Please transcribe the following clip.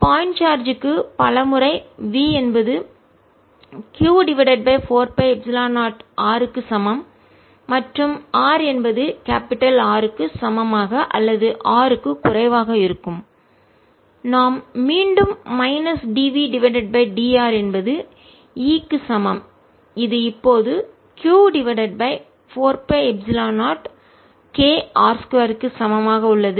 point charge க்கு பலமுறை v என்பது q divided by 4 pi epsilon 0 r க்கு சமம் மற்றும் r என்பது R க்கு சமமாக அல்லது R க்கு குறைவாக இருக்கும் நாம் மீண்டும் minus dv divided by dr என்பது E க்கு சமம் இது இப்போது q divided by 4 pi epsilon 0K r 2 க்கு சமம் ஆக உள்ளது